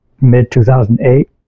mid-2008